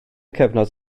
cyfnod